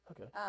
okay